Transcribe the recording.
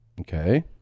Okay